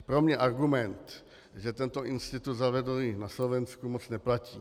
Pro mě argument, že tento institut zavedli již na Slovensku, moc neplatí.